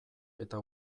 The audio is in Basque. eta